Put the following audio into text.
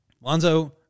Lonzo